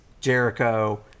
Jericho